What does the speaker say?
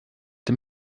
dem